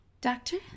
Doctor